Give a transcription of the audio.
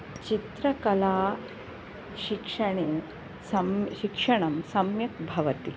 चित्रकला शिक्षणे सं शिक्षणं सम्यक् भवति